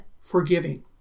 forgiving